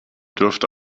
dürfte